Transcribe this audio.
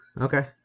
Okay